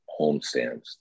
homestands